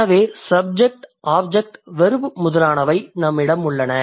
எனவே subject object verb முதலானவை நம்மிடம் உள்ளன